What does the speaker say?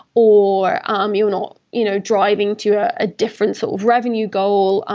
or um you know you know driving to ah a different sort of revenue goal.